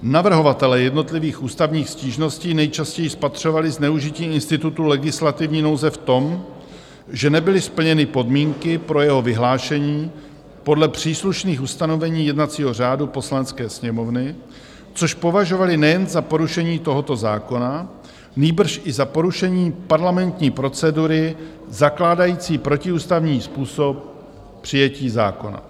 Navrhovatelé jednotlivých ústavních stížností nejčastěji spatřovali zneužití institutu legislativní nouze v tom, že nebyly splněny podmínky pro jeho vyhlášení podle příslušných ustanovení jednacího řádu Poslanecké sněmovny, což považovali nejen za porušení tohoto zákona, nýbrž i za porušení parlamentní procedury zakládající protiústavní způsob přijetí zákona.